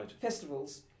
festivals